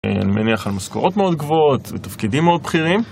אני מניח על משכורות מאוד גבוהות ותפקידים מאוד בכירים